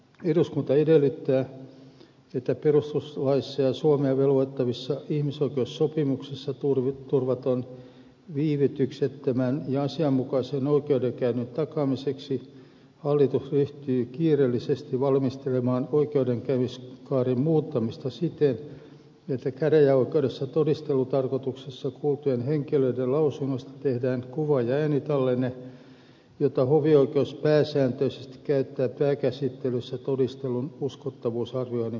eduskunta edellyttää että perustuslaissa ja suomea velvoittavissa ihmisoikeussopimuksissa turvatun viivytyksettömän ja asianmukaisen oikeudenkäynnin takaamiseksi hallitus ryhtyy kiireellisesti valmistelemaan oikeudenkäymiskaaren muuttamista siten että käräjäoikeudessa todistelutarkoituksessa kuultujen henkilöiden lausunnoista tehdään kuva ja äänitallenne jota hovioikeus pääsääntöisesti käyttää pääkäsittelyssä todistelun uskottavuusarvioinnin perusteena